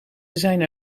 zijn